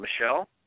Michelle